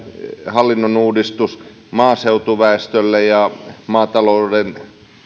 hallinnon uudistus maaseutuväestölle ja maatalouden